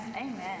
Amen